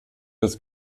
des